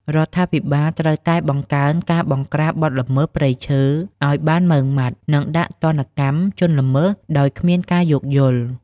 រដ្ឋាភិបាលត្រូវតែបង្កើនការបង្រ្កាបបទល្មើសព្រៃឈើឲ្យបានម៉ឺងម៉ាត់ និងដាក់ទណ្ឌកម្មជនល្មើសដោយគ្មានការយោគយល់។